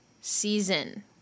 season